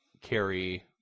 carry